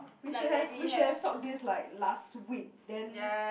we should have we should have talked this like last week then